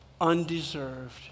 undeserved